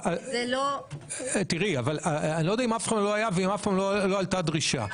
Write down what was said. אני לא יודע אם אף פעם לא עלתה דרישה.